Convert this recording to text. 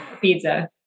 Pizza